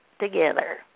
together